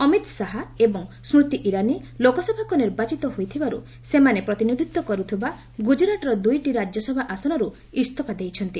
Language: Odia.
ଅମିତ୍ ଶାହା ଏବଂ ସ୍କୃତି ଇରାନୀ ଲୋକସଭାକୁ ନିର୍ବାଚିତ ହୋଇଥିବାରୁ ସେମାନେ ପ୍ରତିନିଧିତ୍ୱ କରୁଥିବା ଗୁଜରାଟ୍ର ଦୁଇଟି ରାଜ୍ୟସଭା ଆସନରୁ ଇସଫା ଦେଇଛନ୍ତି